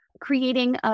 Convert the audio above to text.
creating